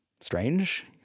Strange